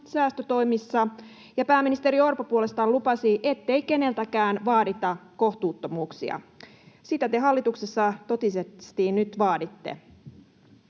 säästötoimissa, ja pääministeri Orpo puolestaan lupasi, ettei keneltäkään vaadita kohtuuttomuuksia. Sitä te hallituksessa totisesti nyt vaaditte.